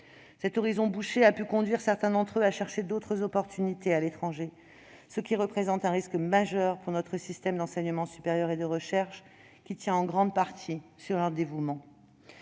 Un horizon bouché a pu conduire certains d'entre eux à chercher d'autres opportunités à l'étranger, ce qui représente un risque majeur pour notre système d'enseignement supérieur et de recherche, qui repose en grande partie sur leur dévouement.